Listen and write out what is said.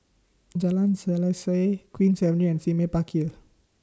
Jalan Selaseh Queen's Avenue and Sime Park Hill